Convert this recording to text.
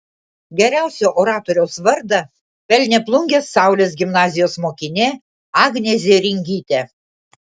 geriausio oratoriaus vardą pelnė plungės saulės gimnazijos mokinė agnė zėringytė